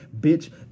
bitch